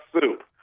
soup